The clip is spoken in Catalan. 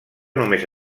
només